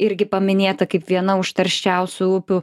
irgi paminėta kaip viena užterščiausių upių